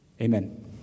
Amen